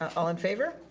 all in favor?